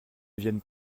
viennent